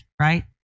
right